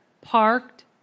parked